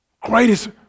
Greatest